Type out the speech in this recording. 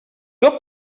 got